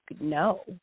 no